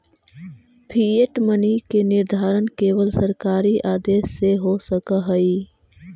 fiat money के निर्धारण केवल सरकारी आदेश से हो सकऽ हई